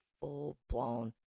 full-blown